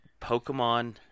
Pokemon